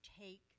take